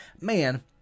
man